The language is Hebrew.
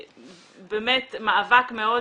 באמת מאבק מאוד